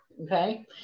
Okay